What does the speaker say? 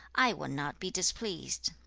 i would not be displeased